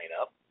up